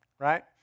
Right